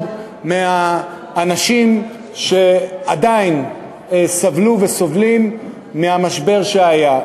אנשים שעדיין סבלו וסובלים מהמשבר שהיה.